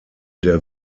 der